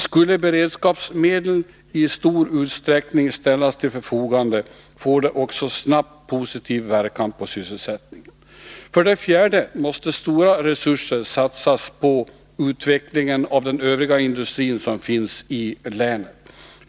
Skulle beredskapsmedel i stor utsträckning ställas till förfogande, får det också snabbt positiv inverkan på sysselsättningen. För det fjärde måste stora resurser satsas på utveckling av de övriga industrierna i länet.